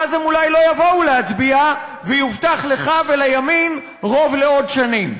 ואז הם אולי לא יבואו להצביע ויובטח לך ולימין רוב לעוד שנים.